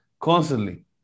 constantly